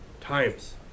times